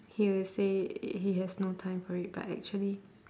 he will say he has no time for it but actually